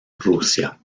rusia